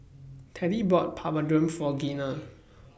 Teddie bought Papadum For Gina